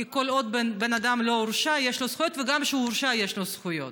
כי כל עוד בן אדם לא הורשע יש לו זכויות,